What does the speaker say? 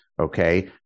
Okay